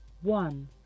one